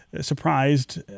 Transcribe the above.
surprised